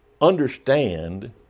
understand